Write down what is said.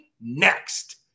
Next